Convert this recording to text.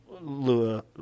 Lua